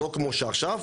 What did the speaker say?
לא כמו שעכשיו.